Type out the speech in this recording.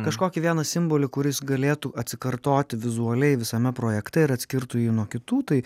kažkokį vieną simbolį kuris galėtų atsikartoti vizualiai visame projekte ir atskirtų jį nuo kitų tai